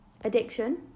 Addiction